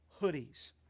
hoodies